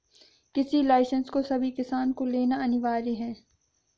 कृषि लाइसेंस को सभी किसान को लेना अनिवार्य है